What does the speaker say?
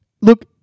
Look